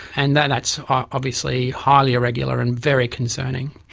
and that's obviously highly irregular and very concerning.